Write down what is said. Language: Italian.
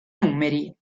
numeri